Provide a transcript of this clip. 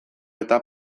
eta